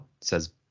says